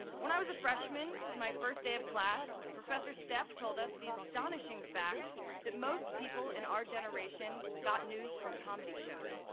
when i was a freshman in my first day of class, professor stepp told us the astonishing fact that most people in our generation got news from comedy shows.